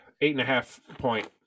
Eight-and-a-half-point